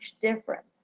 difference